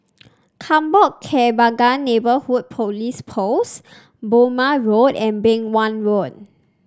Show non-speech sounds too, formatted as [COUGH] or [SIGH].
[NOISE] Kampong Kembangan Neighbourhood Police Post Burmah Road and Beng Wan Road